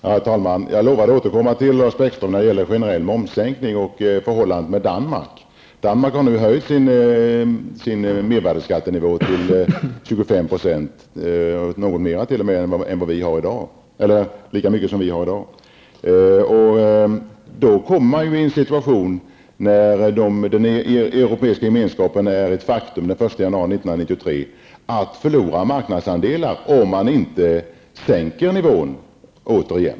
Herr talman! Jag lovade återkomma till Lars Bäckström när det gäller den generella momssänkningen och förhållandet till Danmark. Danmark har nu höjt sin mervärdeskattenivå till 25 %, alltså densamma som vi har i dag. När den europeiska gemenskapen är ett faktum kommer man i en situation att man förlorar marknadsandelar om man inte sänker nivån återigen.